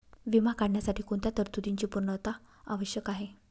विमा काढण्यासाठी कोणत्या तरतूदींची पूर्णता आवश्यक आहे?